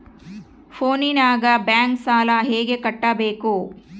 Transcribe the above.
ಫೋನಿನಾಗ ಬ್ಯಾಂಕ್ ಸಾಲ ಹೆಂಗ ಕಟ್ಟಬೇಕು?